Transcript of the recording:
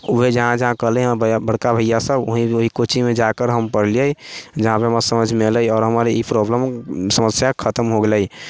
ओहे जहाँ जहाँ कहले बड़का भैया सब ओहि ओहि कोचिङ्गमे जाकर हम पढ़लियै जहाँ पे हमरा समझमे अयलै हँ आ हमर ई प्रॉब्लम समस्या खतम हो गेलै